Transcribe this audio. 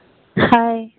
hi